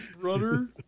brother